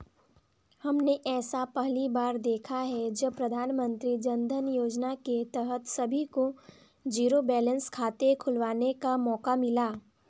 हमने ऐसा पहली बार देखा है जब प्रधानमन्त्री जनधन योजना के तहत सभी को जीरो बैलेंस खाते खुलवाने का मौका मिला